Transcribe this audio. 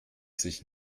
sich